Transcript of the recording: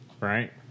right